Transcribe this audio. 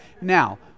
Now